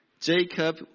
Jacob